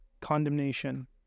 condemnation